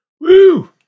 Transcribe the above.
Woo